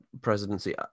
presidency